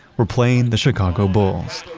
were playing the chicago bulls.